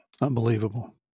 Unbelievable